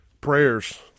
Prayers